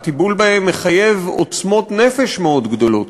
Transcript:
הטיפול בהם מחייב עוצמות נפש מאוד גדולות,